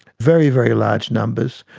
very, very large numbers,